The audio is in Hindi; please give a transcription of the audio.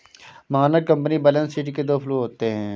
मानक कंपनी बैलेंस शीट के दो फ्लू होते हैं